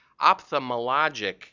ophthalmologic